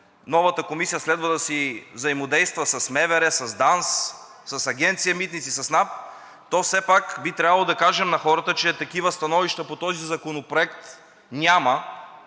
новата комисия следва да си взаимодейства с МВР, с ДАНС, с Агенция „Митници“, с НАП, то все пак би трябвало да кажем на хората, че такива становища по този законопроект няма.